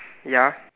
ya